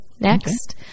next